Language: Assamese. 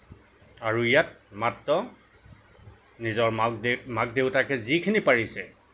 আৰু ইয়াত মাত্ৰ নিজৰ মাক দে মাক দেউতাকে যিখিনি পাৰিছে